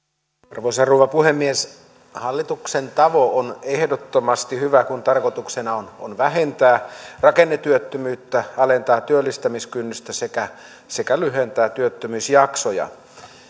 arvoisa rouva puhemies hallituksen tavoite on ehdottomasti hyvä kun tarkoituksena on on vähentää rakennetyöttömyyttä alentaa työllistämiskynnystä sekä sekä lyhentää työttömyysjaksoja